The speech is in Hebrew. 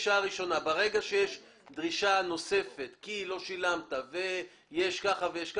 ברגע שיש דרישה נוספת כי לא שילמת ויש ככה ויש ככה,